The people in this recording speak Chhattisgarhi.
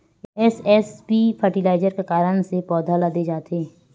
एस.एस.पी फर्टिलाइजर का कारण से पौधा ल दे जाथे?